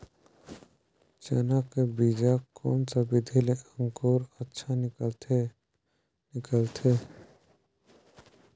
चाना के बीजा कोन सा विधि ले अंकुर अच्छा निकलथे निकलथे